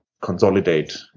consolidate